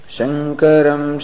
Shankaram